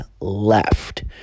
left